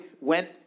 went